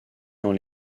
dans